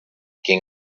quien